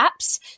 apps